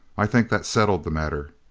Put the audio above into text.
i think that settled the matter.